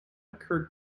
occurred